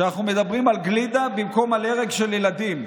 שאנחנו מדברים על גלידה במקום על הרג של ילדים.